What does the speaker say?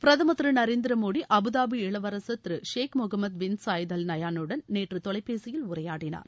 பிரதுர் திரு நரேந்திர மோடி அபுதாபி இளவரசர் திரு Sheikh Mohammed bin Zayed Al நஹ்யானுடன் நேற்று தொலைபேசியில் உரையாடினார்